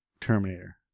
Terminator